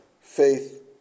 Faith